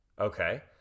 Okay